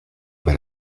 per